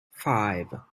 five